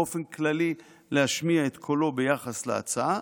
באופן כללי להשמיע את קולם ביחס להצעה.